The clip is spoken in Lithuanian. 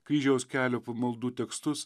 kryžiaus kelio pamaldų tekstus